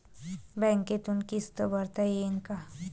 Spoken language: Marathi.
बँकेतून किस्त भरता येईन का?